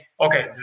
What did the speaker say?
okay